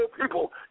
people